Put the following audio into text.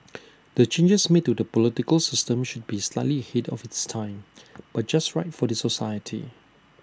the changes made to the political system should be slightly ahead of its time but just right for the society